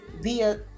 via